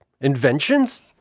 inventions